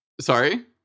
Sorry